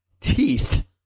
teeth